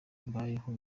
mbayeho